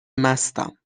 مستم